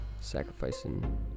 sacrificing